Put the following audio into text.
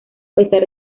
pesar